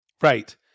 Right